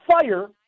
fire